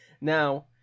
Now